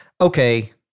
okay